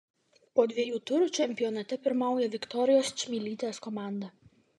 po dviejų turų čempionate pirmauja viktorijos čmilytės komanda